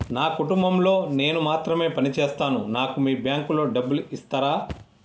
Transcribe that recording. నా కుటుంబం లో నేను మాత్రమే పని చేస్తాను నాకు మీ బ్యాంకు లో డబ్బులు ఇస్తరా?